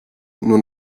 nur